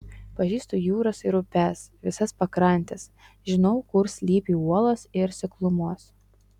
pažįstu jūras ir upes visas pakrantes žinau kur slypi uolos ir seklumos